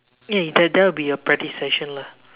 ya that that will be your practice session lah